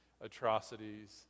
atrocities